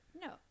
No